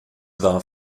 war